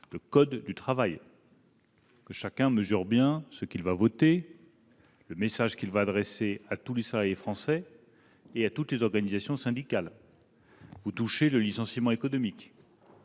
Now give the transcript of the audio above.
le code du travail. Que chacun mesure bien ce qu'il va voter et le message qu'il va adresser à tous les salariés français et à toutes les organisations syndicales : cette disposition concerne le licenciement économique,